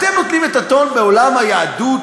אתם נותנים את הטון בעולם היהודי,